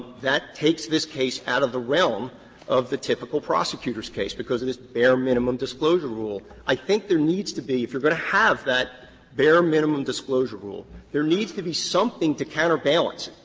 that takes this case out of the realm of the typical prosecutor's case, because it is a bare minimum disclosure rule. i think there needs to be if you are going to have that bare minimum disclosure rule, there needs to be something to counterbalance.